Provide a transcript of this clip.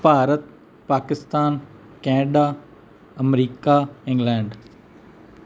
Bharat Pakistan Canada America England